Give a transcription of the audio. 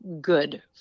good